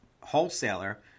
wholesaler